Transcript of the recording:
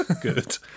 Good